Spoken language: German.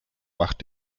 macht